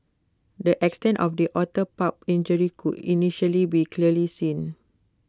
the extent of the otter pup's injury could initially be clearly seen